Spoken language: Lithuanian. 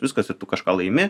viskas ir tu kažką laimi